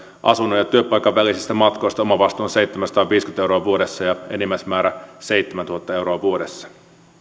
asunnon ja työpaikan välisistä matkoista omavastuu on seitsemänsataaviisikymmentä euroa vuodessa ja enimmäismäärä seitsemäntuhatta euroa vuodessa